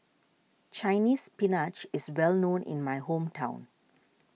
Chinese Spinach is well known in my hometown